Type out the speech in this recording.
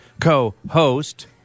co-host